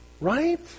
Right